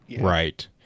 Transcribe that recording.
Right